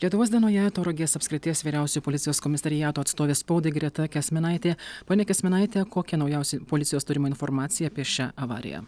lietuvos dienoje tauragės apskrities vyriausiojo policijos komisariato atstovė spaudai greta kęsminaitė ponia kęsminaite kokia naujausia policijos turima informacija apie šią avariją